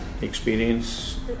experience